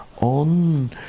on